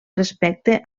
respecte